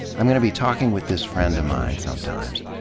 i'm going to be talking with this friend of mine sometimes,